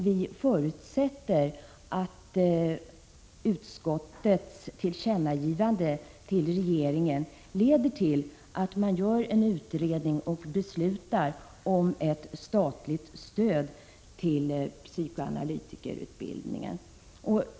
Vi förutsätter att utskottets tillkännagivande till regeringen leder till att man genomför en utredning och beslutar om ett statligt stöd till psykoanalytikerutbildningen.